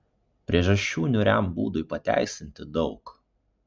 priežasčių niūriam būdui pateisinti daug